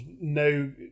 no